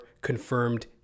confirmed